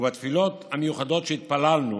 ובתפילות המיוחדות שהתפללנו